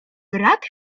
brat